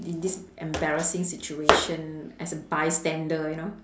in this embarrassing situation as a bystander you know